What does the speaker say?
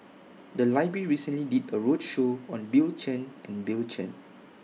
The Library recently did A roadshow on Bill Chen and Bill Chen